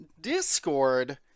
discord